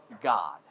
God